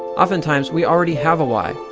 oftentimes, we already have a y,